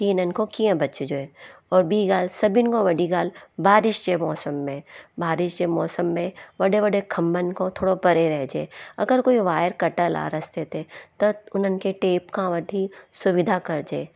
की इन्हनि खां कीअं बचिजे और ॿी ॻाल्हि सभिनि खां वॾी ॻाल्हि बारिश जे मौसम में बारिश जे मौसम में वॾे वॾे खंभनि खां थोरो परे रहिजे अगरि कोई वायर कटियलु आहे रस्ते ते त उन्हनि खे टेप खां वठी सुविधा करिजे